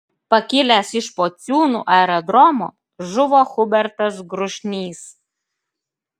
pakilęs iš pociūnų aerodromo žuvo hubertas grušnys